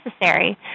necessary